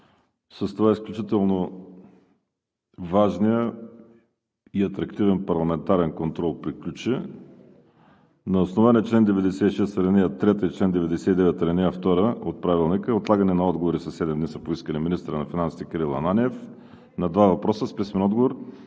С това изключително важният и атрактивен парламентарен контрол приключи. На основание чл. 96, ал. 3 и чл. 99, ал. 2 от Правилника отлагане на отговори със седем дни са поискали: – министърът на финансите Кирил Ананиев на два въпроса с писмен отогор